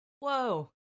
whoa